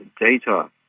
data